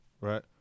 right